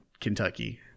Kentucky